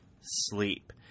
sleep